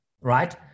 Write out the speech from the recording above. right